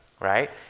right